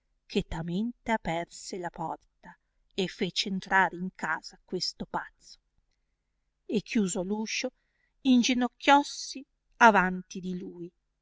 chetamente aperse la porta e fece entrare in casa questo pazzo k chiuso l'uscio ingenocchiossi avanti di lui